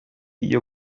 iyo